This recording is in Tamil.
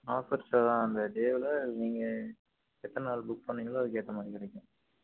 ஆஃபெர்ஸெல்லாம் அந்த டேவில் நீங்கள் எத்தனை நாள் புக் பண்ணீங்களோ அதுக்கேற்ற மாதிரி கிடைக்கும்